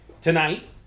Tonight